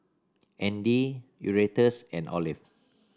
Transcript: Andy Erastus and Olive